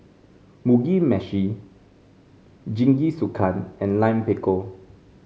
Mugi Meshi Jingisukan and Lime Pickle